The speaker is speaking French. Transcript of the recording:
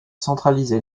centralisée